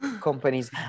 companies